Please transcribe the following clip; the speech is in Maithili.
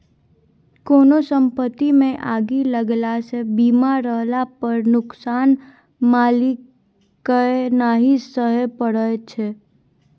कोनो संपत्तिमे आगि लगलासँ बीमा रहला पर नोकसान मालिककेँ नहि सहय परय छै